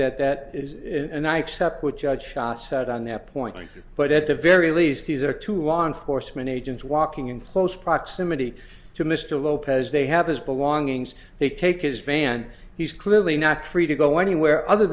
that that is and i accept what judge shot said on that point but at the very least these are two law enforcement agents walking in close proximity to mr lopez they have his belongings they take his van he's clearly not free to go anywhere other